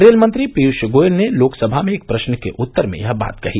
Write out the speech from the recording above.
rail मंत्री पीयूष गोयल ने लोकसभा में एक प्रश्न के उत्तर में यह बात कही